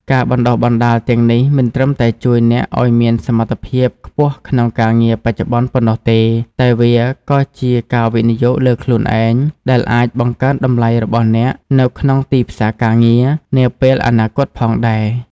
ការបណ្ដុះបណ្ដាលទាំងនេះមិនត្រឹមតែជួយអ្នកឲ្យមានសមត្ថភាពខ្ពស់ក្នុងការងារបច្ចុប្បន្នប៉ុណ្ណោះទេ តែវាក៏ជា ការវិនិយោគលើខ្លួនឯង ដែលអាច បង្កើនតម្លៃរបស់អ្នកនៅក្នុងទីផ្សារការងារ នាពេលអនាគតផងដែរ។